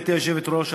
גברתי היושבת-ראש,